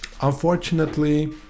unfortunately